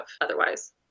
otherwise